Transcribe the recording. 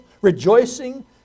rejoicing